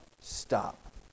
stop